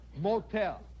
Motel